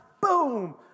boom